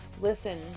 listen